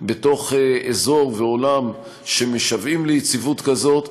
בתוך אזור ועולם שמשוועים ליציבות כזאת.